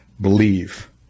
believe